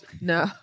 No